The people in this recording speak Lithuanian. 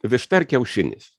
višta ar kiaušinis